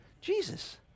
Jesus